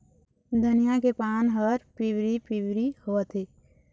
धनिया के पान हर पिवरी पीवरी होवथे?